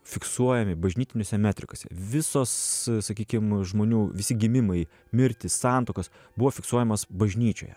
fiksuojami bažnytiniuose metrikose visos sakykim žmonių visi gimimai mirtys santuokos buvo fiksuojamas bažnyčioje